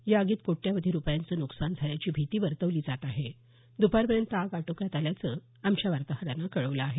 या आगीत कोट्यावधी रुपयांचं नुकसान झाल्याची भीती वर्तवली जात आहे दुपारपर्यंत आग आटोक्यात आल्याचं आमच्या वार्ताहरानं कळवलं आहे